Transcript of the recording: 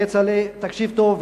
כצל'ה, תקשיב טוב.